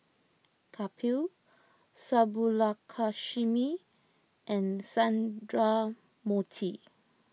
Kapil Subbulakshmi and Sundramoorthy